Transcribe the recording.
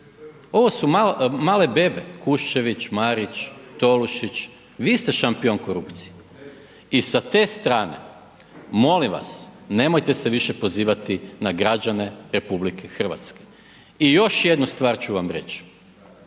Ovo su male bebe Kuščević, Marić, Tolušić, vi ste šampion korupcije. I sa te strane molim vas nemojte se više pozivati na građane RH i još jednu stvar ću vam reć,